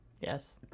yes